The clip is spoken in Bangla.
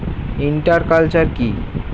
ইন্টার কালচার কি?